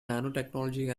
nanotechnology